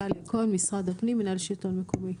גליה כהן, משרד הפנים, מינהל השלטון המקומי.